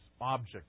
object